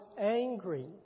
angry